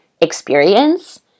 experience